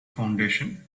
foundation